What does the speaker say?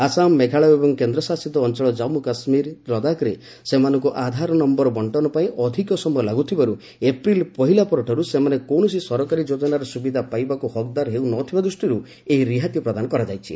ଆସାମ ମେଘାଳୟ ଓ କେନ୍ଦ୍ରଶାସିତ ଅଞ୍ଚଳ ଜାମ୍ମୁ କାଶ୍ମୀର ଓ ଲଦାଖରେ ଲୋକମାନଙ୍କୁ ଆଧାର ନମ୍ଘର ବର୍ଷନ ପାଇଁ ଅଧିକ ସମୟ ଲାଗୁଥିବାରୁ ଏପ୍ରିଲ୍ ପହିଲା ପରଠାରୁ ସେମାନେ କୌଣସି ସରକାରୀ ଯୋଜନାର ସୁବିଧା ପାଇବାକୁ ହକ୍ଦାର ହେଉ ନଥିବା ଦୃଷ୍ଟିରୁ ଏହି ରିହାତି ପ୍ରଦାନ କରାଯାଇଛି